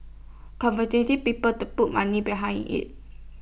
convincing people to put money behind IT